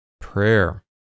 prayer